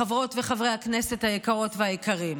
חברות וחברי הכנסת היקרות והיקרים.